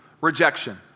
rejection